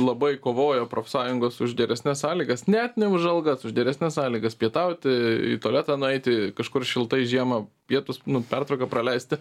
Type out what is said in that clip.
labai kovojo profsąjungos už geresnes sąlygas net ne už algas už geresnes sąlygas pietauti į tualetą nueiti kažkur šiltai žiemą pietus nu pertrauką praleisti